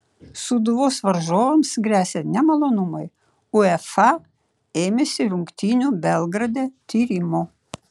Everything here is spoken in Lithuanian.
sūduvos varžovams gresia nemalonumai uefa ėmėsi rungtynių belgrade tyrimo